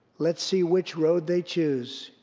let's see which road they choose.